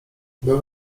była